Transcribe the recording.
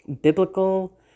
biblical